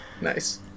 Nice